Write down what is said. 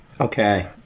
okay